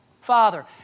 father